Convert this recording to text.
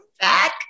back